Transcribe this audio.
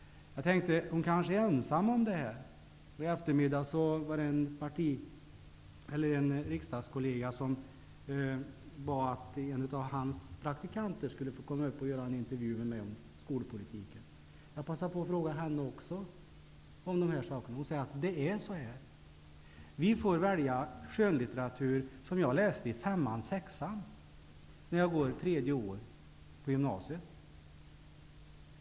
Jag tänkte att den här praktikanten kanske är ensam om att tycka så här. I eftermiddags bad en riksdagskollega att en av hans praktikanter skulle få komma upp och göra en intervju med mig om skolpolitiken. Jag passade på att också fråga henne om de här sakerna. Hon sade att det är så här. Hon får välja skönlitteratur som hon läste i femman och sexan -- när hon går tredje året i gymnasiet.